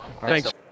Thanks